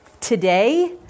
Today